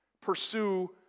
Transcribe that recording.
Pursue